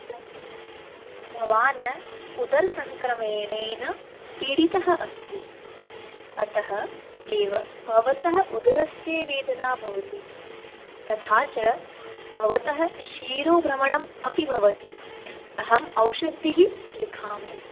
अस्तु भवान् उदरसङ्क्रमेणेन पीडितः अस्ति अतः एव भवतः उदरस्य वेदना भवति तथा च भवतः शिरोभ्रमणम् अपि भवति अहं औषद्धिः लिखामि